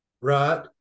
right